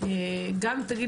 תגיד